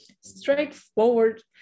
straightforward